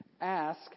Ask